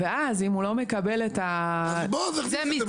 ואז אם הוא לא מקבל את --- אז בואו נכניס את זה ---- נכון,